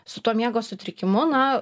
su tuo miego sutrikimu na